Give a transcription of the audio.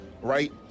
right